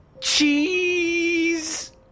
cheese